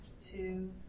two